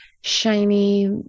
shiny